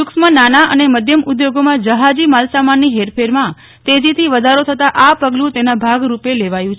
સુક્ષ્મ નાના અને મધ્યમ ઉદ્યોગોમાં જહાજી માલસામાનની હેરફેરમાં તેજીથી વધારો થતાં આ પગલું તેના ભાગરૂપે લેવાયું છે